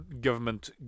government